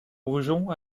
brujon